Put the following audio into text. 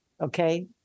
Okay